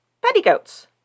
petticoats